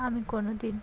আমি কোনো দিন